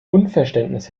unverständnis